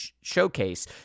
showcase